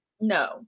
no